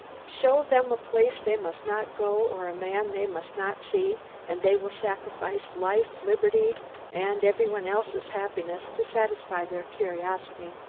show them a place they must not go or a man they must not see and they will sacrifice life, liberty and everybody else's happiness to satisfy their curiosity.